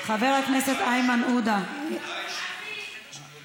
חבר הכנסת איימן עודה, הודעה אישית.